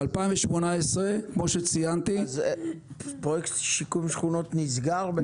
אז פרויקט שיקום שכונות נסגר?